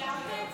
הצעת ועדת